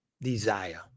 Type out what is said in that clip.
desire